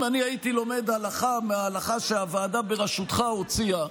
אם אני הייתי לומד הלכה מההלכה שהוועדה בראשותך הוציאה,